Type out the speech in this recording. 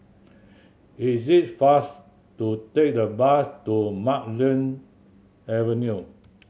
is it faster to take the bus to Marlene Avenue